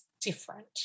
different